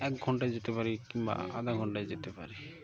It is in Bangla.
এক ঘন্টায় যেতে পারি কিংবা আধা ঘন্টায় যেতে পারি